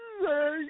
say